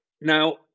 now